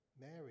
Mary